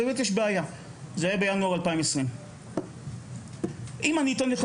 זה היה בינואר 2020. אם אני אתן לך,